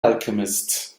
alchemist